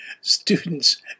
students